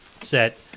set